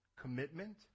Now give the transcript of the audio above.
commitment